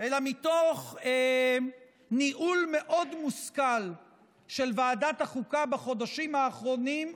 אלא מתוך ניהול מאוד מושכל של ועדת החוקה בחודשים האחרונים,